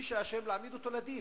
ומי שאשם, יש להעמיד אותו לדין.